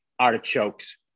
artichokes